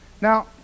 Now